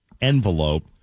envelope